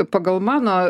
pagal mano